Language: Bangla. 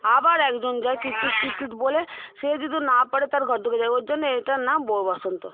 আবার একজন যায় কিতকিত কিতকিত বলে সে যদি না পারে তার ঘর ঢুকে যায় ওরজন্য এটার নাম বৌ বসন্ত